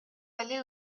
allés